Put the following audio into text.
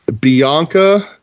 Bianca